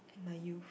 in my youth